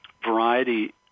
variety